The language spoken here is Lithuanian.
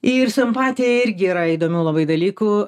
ir su empatija irgi yra įdomių labai dalykų